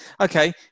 okay